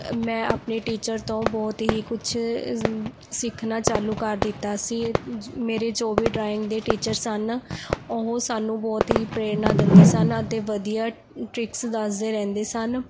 ਮੈਂ ਆਪਣੀ ਟੀਚਰ ਤੋਂ ਬਹੁਤ ਹੀ ਕੁੱਛ ਸਿੱਖਣਾ ਚਾਲੂ ਕਰ ਦਿੱਤਾ ਸੀ ਮੇਰੇ ਜੋ ਵੀ ਡਰਾਇੰਗ ਦੇ ਟੀਚਰ ਸਨ ਉਹ ਸਾਨੂੰ ਬਹੁਤ ਹੀ ਪ੍ਰੇਰਨਾ ਦਿੰਦੇ ਸਨ ਅਤੇ ਵਧੀਆ ਟ੍ਰਿਕਸ ਦੱਸਦੇ ਰਹਿੰਦੇ ਸਨ